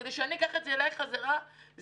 כדי שאוכל לקחת את זה אליי בחזרה כבת